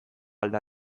alda